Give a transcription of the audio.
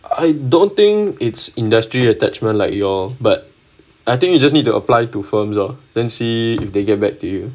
I don't think it's industry attachment like your but I think you just need to apply to firms ah then see if they get back to you